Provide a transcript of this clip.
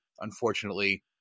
unfortunately